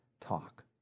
talk